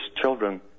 children